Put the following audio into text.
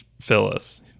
Phyllis